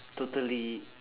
totally